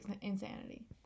insanity